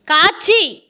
காட்சி